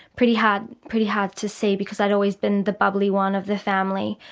pretty hard pretty hard to see because i'd always been the bubbly one of the family.